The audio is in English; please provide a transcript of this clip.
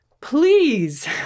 Please